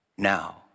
Now